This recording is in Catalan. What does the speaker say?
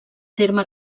terme